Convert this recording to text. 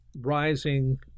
rising